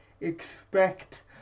Expect